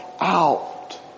out